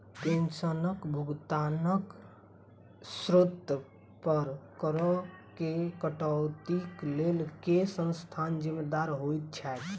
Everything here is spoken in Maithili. पेंशनक भुगतानक स्त्रोत पर करऽ केँ कटौतीक लेल केँ संस्था जिम्मेदार होइत छैक?